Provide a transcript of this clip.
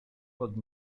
pod